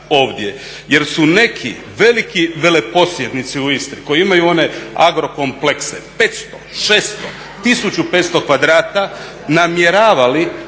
ovdje? Jer su neki veliki veleposjednici u Istri koji imaju one agro komplekse 500, 600, 1500 kvadrata namjeravali